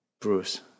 Bruce